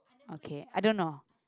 okay I don't know